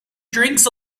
drinks